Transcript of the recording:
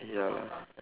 ya lah